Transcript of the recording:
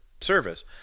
service